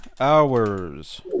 hours